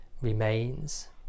remains